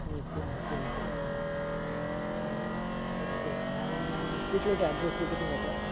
okay okay okay okay आनी कितलें charges बी कितलें घेता